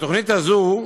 התוכנית הזו,